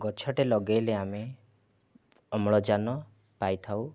ଗଛଟେ ଲଗାଇଲେ ଆମେ ଅମ୍ଳଜାନ ପାଇଥାଉ